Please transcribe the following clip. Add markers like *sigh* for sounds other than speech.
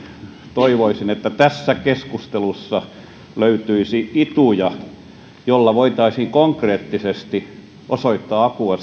toivoisin että tässä keskustelussa löytyisi ituja joilla voitaisiin konkreettisesti osoittaa apua *unintelligible*